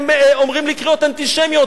הם אומרים לי קריאות אנטישמיות,